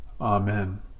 Amen